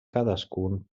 cadascun